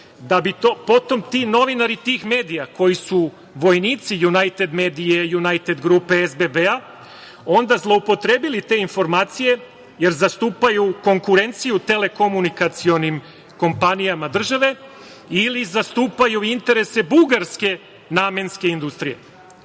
Da bi novinari tih medija, koji su vojnici „Junajted medije“, „Junajted grupe“, SBB, zloupotrebili te informacije, jer zastupaju konkurenciju telekomunikacionim kompanijama države ili zastupaju interese bugarske namenske industrije.O